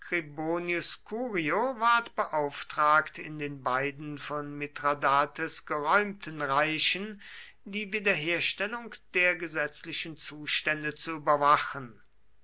beauftragt in den beiden von mithradates geräumten reichen die wiederherstellung der gesetzlichen zustände zu überwachen